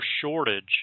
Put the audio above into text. shortage